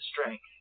strength